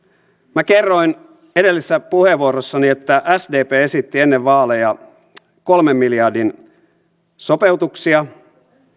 minä kerroin edellisessä puheenvuorossani että sdp esitti ennen vaaleja kolmen miljardin sopeutuksia